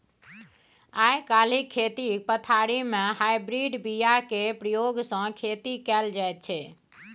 आइ काल्हि खेती पथारी मे हाइब्रिड बीया केर प्रयोग सँ खेती कएल जाइत छै